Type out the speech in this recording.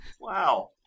Wow